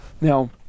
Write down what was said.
Now